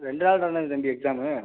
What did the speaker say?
ரெண்டு நாள் தாண்டா தம்பி எக்ஸாமு